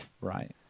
Right